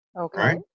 Okay